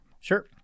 Sure